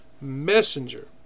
messenger